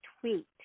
tweet